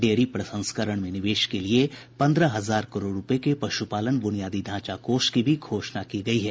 dairy प्रसंस्करण में निवेश के लिए पन्द्रह हजार करोड रूपये के पशुपालन बुनियादी ढांचा कोष की भी घोषणा की गई है